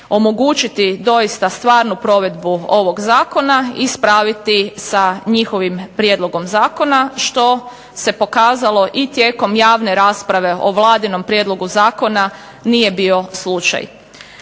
omogućiti doista stvarnu provedbu ovog zakona ispraviti sa njihovim prijedlogom zakona što se pokazalo i tijekom javne rasprave o Vladinom prijedlogu zakona, nije bio slučaj.